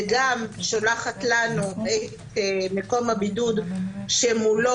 וגם שולחת לנו את מקום הבידוד שמולו